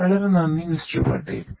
വളരെ നന്ദി മിസ്റ്റർ പട്ടേൽ